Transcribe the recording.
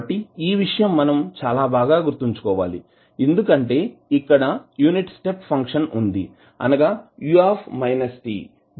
కాబట్టి ఈ విషయం మనం చాలా బాగా గుర్తుంచుకోవాలి ఎందుకంటే ఇక్కడ యూనిట్ స్టెప్ ఫంక్షన్ ఉంది అనగా u